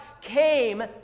came